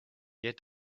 yet